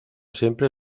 siempre